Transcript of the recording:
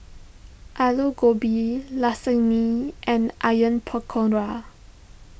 Alu Gobi Lasagne and Onion Pakora